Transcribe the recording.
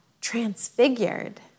transfigured